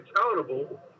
accountable